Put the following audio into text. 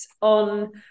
on